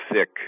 thick